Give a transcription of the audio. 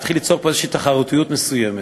להתחיל ליצור פה תחרותיות מסוימת.